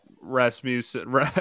Rasmussen